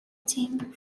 team